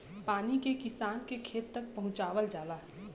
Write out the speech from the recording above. पानी के किसान के खेत तक पहुंचवाल जाला